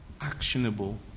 actionable